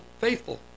faithful